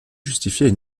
justifiait